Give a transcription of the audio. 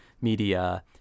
media